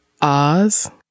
Oz